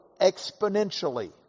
exponentially